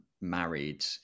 married